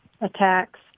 attacks